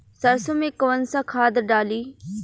सरसो में कवन सा खाद डाली?